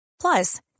Plus